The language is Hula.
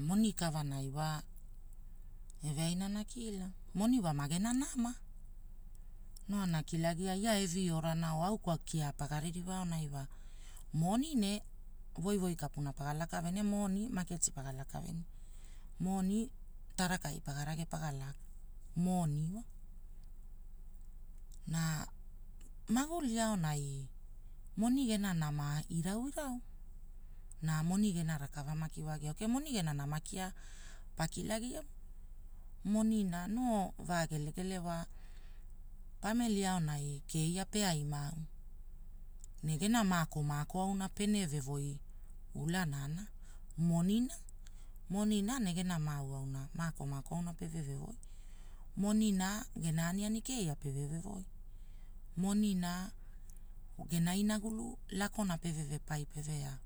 Moni kavanai wa, eveaina ana kila, moni wa magena nama. Noo ana kilagia ia eviorana oo au kia paga ririwa wa. Moni ne, woiwoi kapuna paga laka venia, moni maaketi paga laka venia, moni tarakai paga rage paga laka, moni. Na maguli aonai, moni gena nama irauirau, na moni gena rakava maki wagiage moni gena nama kia, pakilagia. Monina noo vagelegele wa, pamili aonai, keia peaiki, ne gena maako maako auna pene vewoi ulana, ulanana, monina. Monina we gena maako maako auna pene vewoi, monina, gena aniani keia pevewoi, monina, gena inagulu lakona peve ve pai pe ve ao.